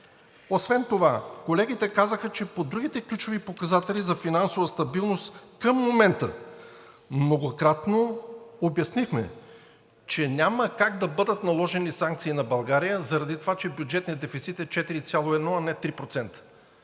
Освен това колегите казаха, че по другите ключови показатели за финансова стабилност към момента многократно обяснихме, че няма как да бъдат наложени санкции на България заради това, че бюджетният дефицит е 4,1, а не 3%.